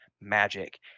magic